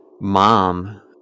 mom